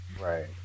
Right